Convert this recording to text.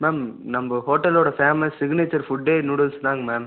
ma'am நம்ப ஹோட்டலோடய famous signature ஃபுட்டே நூடுல்ஸ் தாங்க மேம்